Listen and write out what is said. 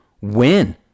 Win